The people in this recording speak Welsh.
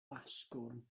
asgwrn